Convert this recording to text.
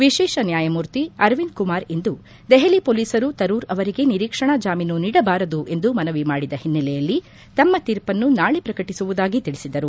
ವಿಶೇಷ ನ್ನಾಯಮೂರ್ತಿ ಅರವಿಂದ್ ಕುಮಾರ್ ಇಂದು ದೆಹಲಿ ಹೊಲೀಸರು ತರೂರ್ ಅವರಿಗೆ ನಿರೀಕ್ಷಣಾ ಜಾಮೀನು ನೀಡಬಾರದು ಎಂದು ಮನವಿ ಮಾಡಿದ ಹಿನ್ನೆಲೆಯಲ್ಲಿ ತಮ್ಮ ತೀರ್ಪನ್ನು ನಾಳೆ ಪ್ರಕಟಿಸುವುದಾಗಿ ತಿಳಿಸಿದರು